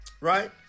right